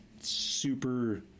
super